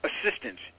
assistance